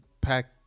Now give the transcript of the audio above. pack